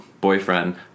boyfriend